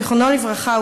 זיכרונו לברכה,